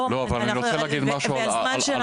לא, אבל אני רוצה להגיד משהו על המוקד.